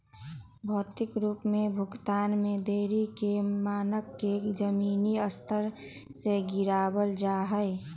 भौतिक रूप से भुगतान में देरी के मानक के जमीनी स्तर से गिरावल जा हई